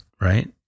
right